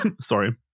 sorry